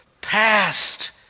Past